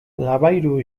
labayru